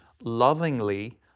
lovingly